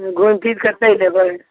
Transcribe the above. घूमि फिरके चलि एबै